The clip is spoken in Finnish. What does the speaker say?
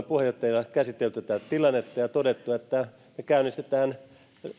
puheenjohtajina käsitelleet tätä tilannetta ja todenneet että me käynnistämme